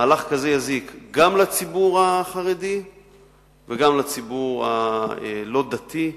מהלך כזה יזיק גם לציבור החרדי וגם לציבור הלא-דתי,